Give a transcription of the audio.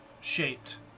shaped